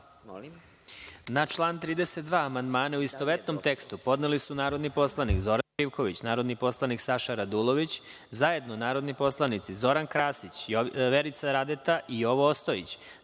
član 32. amandmane, u istovetnom tekstu, podneli su narodni poslanik Zoran Živković, narodni poslanik Saša Radulović, zajedno narodni poslanici Zoran Krasić, Vjerica Radeta i Jovo Ostojić,